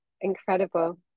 incredible